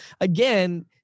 again